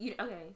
Okay